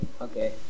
Okay